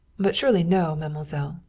but surely no, mademoiselle.